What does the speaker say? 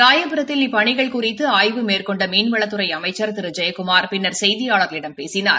ராயபுரத்தில் இப்பணிகள் குறித்து ஆய்வு மேற்கொண்ட மீள்வளத்துறை அமைச்சா் திரு ஜெயக்குமாா் பின்னர் செய்தியாளர்களிடம் பேசினார்